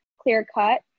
clear-cut